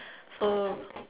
so